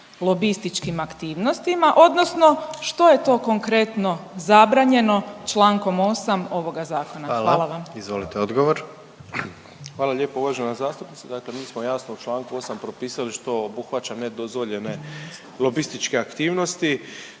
lobističkim aktivnostima odnosno što je to konkretno zabranjeno Člankom 8. ovoga zakona. Hvala vam. **Jandroković, Gordan (HDZ)** Hvala. Izvolite odgovor. **Malenica, Ivan (HDZ)** Hvala lijepo uvažena zastupnice. Dakle, mi smo jasno u Članku 8. propisali što obuhvaća nedozvoljene lobističke aktivnosti.